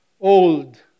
old